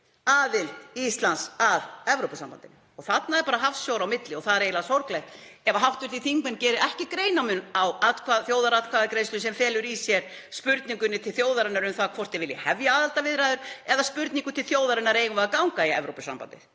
aðild Íslands að Evrópusambandinu. Þarna er bara hafsjór á milli og það er eiginlega sorglegt ef hv. þingmenn gera ekki greinarmun á þjóðaratkvæðagreiðslu sem felur í sér spurninguna til þjóðarinnar um það hvort hún vilji hefja aðildarviðræður eða spurningu til þjóðarinnar um hvort við eigum að ganga í Evrópusambandið.